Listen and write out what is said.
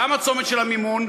גם הצומת של המימון,